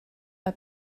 are